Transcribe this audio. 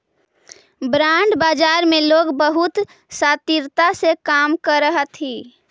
bond बाजार में लोग बहुत शातिरता से काम करऽ हथी